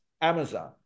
Amazon